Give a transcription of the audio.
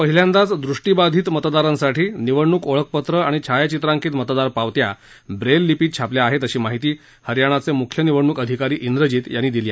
हरयाणात पहिल्यांदाच दृष्टीबाधित मतदारांसाठी निवडणूक ओळखपत्र आणि छायाचित्रांकीत मतदार पावत्या ब्रेल लिपीत छापल्या आहेत अशी माहिती हरयाणाचे मुख्य निवडणूक अधिकारी इंद्रजीत यांनी दिली